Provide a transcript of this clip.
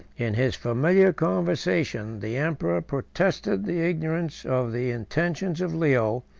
in his familiar conversation, the emperor protested the ignorance of the intentions of leo,